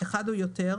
אחד או יותר,